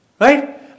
Right